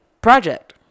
project